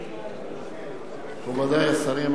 מכובדי השרים,